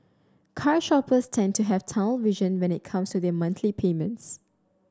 car shoppers tend to have tunnel vision when it comes to their monthly payments